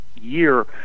year